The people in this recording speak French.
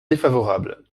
défavorable